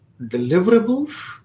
deliverables